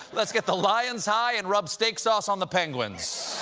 let's get the lions high and rub steak sauce on the penguins.